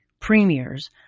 premiers